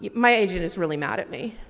yeah my agent is really mad at me